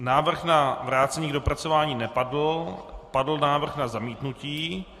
Návrh na vrácení k dopracování nepadl, padl návrh na zamítnutí.